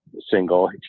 single